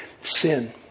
sin